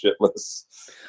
shitless